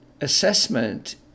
assessment